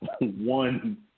one